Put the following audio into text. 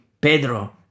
Pedro